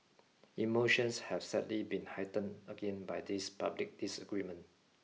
emotions have sadly been heightened again by this public disagreement